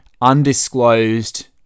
undisclosed